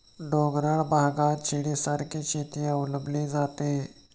डोंगराळ भागात शिडीसारखी शेती अवलंबली जाते